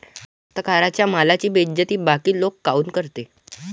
कास्तकाराइच्या मालाची बेइज्जती बाकी लोक काऊन करते?